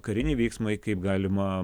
kariniai veiksmai kaip galima